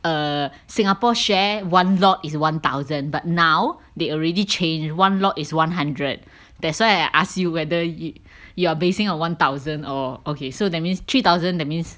err Singapore share one lot is one thousand but now they already changed one lot is one hundred that's why I ask you whether you you are basing on one thousand or okay so that means three thousand that means